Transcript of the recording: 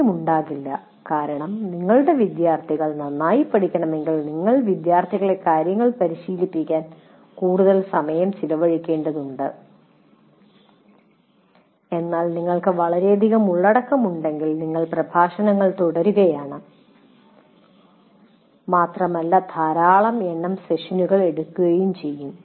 സമയമുണ്ടാകില്ല കാരണം നിങ്ങളുടെ വിദ്യാർത്ഥികൾ നന്നായി പഠിക്കണമെങ്കിൽ നിങ്ങൾ വിദ്യാർത്ഥികളെ കാര്യങ്ങൾ പരിശീലിപ്പിക്കാൻ കൂടുതൽ സമയം ചെലവഴിക്കേണ്ടതുണ്ട് എന്നാൽ നിങ്ങൾക്ക് വളരെയധികം ഉള്ളടക്കമുണ്ടെങ്കിൽ നിങ്ങൾ പ്രഭാഷണങ്ങൾ തുടരുകയാണ് മാത്രമല്ല ധാരാളം എണ്ണം സെഷനുകൾ എടുക്കുകയും ചെയ്യും